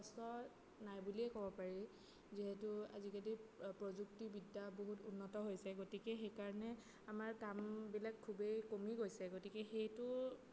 কষ্ট নাই বুলিয়েই ক'ব পাৰি যিহেতু আজিকালিৰ প্ৰযুক্তিবিদ্যা বহুত উন্নত হৈছে গতিকে সেইকাৰণে আমাৰ কামবিলাক খুবেই কমি গৈছে গতিকে সেইটো